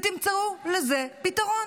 ותמצאו לזה פתרון.